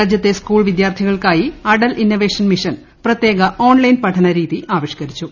രാജ്യത്തെ സ്കൂൾ വിദ്യാർത്ഥികൾക്കായി Atal innovation mission പ്രത്യേക ഓൺലൈൻ പഠനരീതി ആവിഷകരിച്ചു